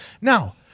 Now